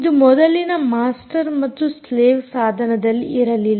ಇದು ಮೊದಲಿನ ಮಾಸ್ಟರ್ ಮತ್ತು ಸ್ಲೇವ್ ಸಾಧನದಲ್ಲಿ ಇರಲಿಲ್ಲ